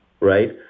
right